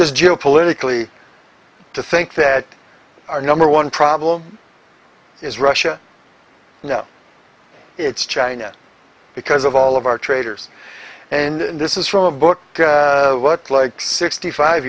just geopolitically to think that our number one problem is russia now it's china because of all of our traders and this is from a book what like sixty five